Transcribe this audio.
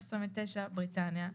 (29) בריטניה,